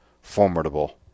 formidable